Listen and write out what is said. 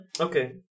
Okay